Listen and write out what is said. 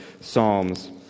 psalms